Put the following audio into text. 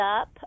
up